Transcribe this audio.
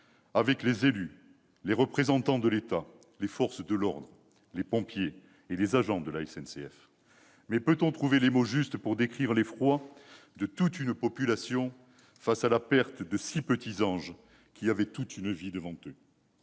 avec les élus, les représentants de l'État, les forces de l'ordre, les pompiers et les agents de la SNCF. Peut-on trouver les mots justes pour décrire l'effroi de toute une population devant la perte de six petits anges qui avaient toute une vie devant eux ?